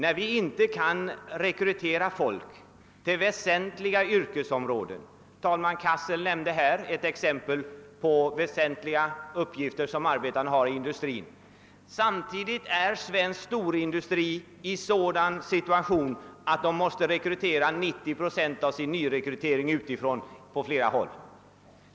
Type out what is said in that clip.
Vi kan inte rekrytera folk till väsentliga yrkesområden. Herr andra vice talmannen Cassel nämnde ett exempel på viktiga uppgifter som arbetarna har i industrin. Samtidigt måste svensk storindustri på flera håll utifrån rekrytera 90 procent av sitt behov av nyanställd arbetskraft.